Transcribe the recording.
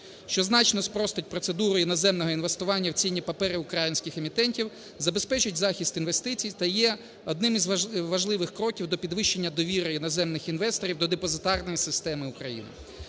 що значно спростить процедуру іноземного інвестування в цінні папери українських емітентів, забезпечить захист інвестицій та є одним з важливих кроків до підвищення довіри іноземних інвесторів до депозитарної системи України.